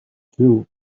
clue